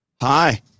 Hi